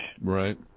Right